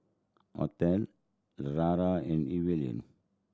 Othel Lara and Evalyn